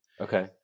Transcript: okay